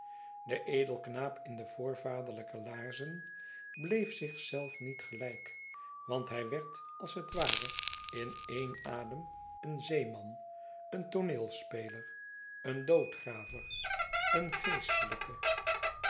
de edelknaap in de voorvaderlyke laarzen bleef zich zelf niet gehjk want hij werd als het ware in een adem een zeeman een tooneelspeler een doodgraver een geestelijke